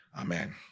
amen